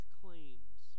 claims